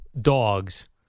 dogs